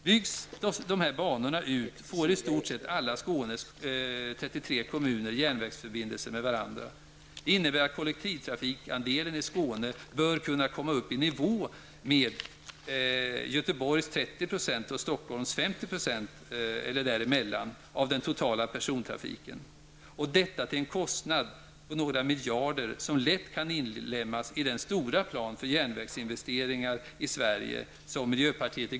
Om alla dessa banor byggs ut får i stort sett alla Skånes 33 kommuner järnvägsförbindelse med varandra. Det innebär att kollektivtrafiksandelen i Skåne bör kunna komma upp i nivå med Göteborgs 30 % och Stockholms 50 %-- eller däremellan -- av den totala persontrafiken. Detta skulle kunna ske till en kostnad på några miljarder. Det kan lätt inlemmas i den stora planen för järnvägsinvesteringar i Sverige. Den planen står miljöpartiet för.